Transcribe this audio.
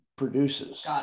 produces